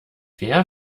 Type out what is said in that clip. wer